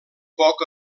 poc